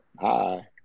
hi